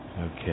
Okay